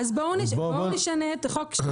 אז בואו נשנה את החוק.